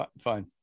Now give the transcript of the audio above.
Fine